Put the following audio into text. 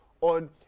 on